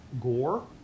gore